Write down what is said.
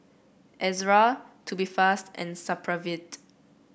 Ezerra Tubifast and Supravit